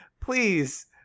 please